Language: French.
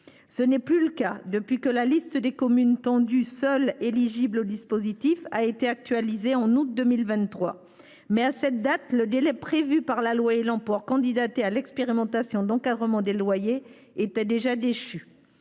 Ce n’est plus le cas depuis que la liste des communes situées en zone tendue a été actualisée en août 2023. Or, à cette date, le délai fixé par la loi Élan pour candidater à l’expérimentation d’encadrement des loyers était déjà échu.